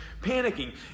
panicking